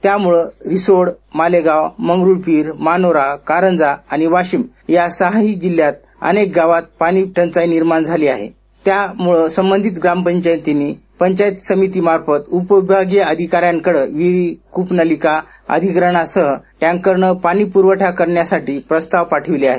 त्यामुळ रिसोड मालेगाव मंगरुळपीर मानोरा कारंजा आणि वाशिम या सहाही तालुक्यातील अनेक गावांत तीव्र पाणीटंचाई निर्माण झाली त्या मूळ संबंधित ग्रामपंचायतींनी पंचायत समितीमार्फत उपविभागीय अधिका यांकड विहिरी कूपनलिका अधिग्रहणासह टँकरन पाणी पुरवठा करण्यासाठी प्रस्ताव पाठविले आहेत